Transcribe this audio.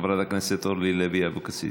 חברת הכנסת אורלי לוי אבקסיס.